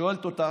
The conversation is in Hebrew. היא שואלת אותה.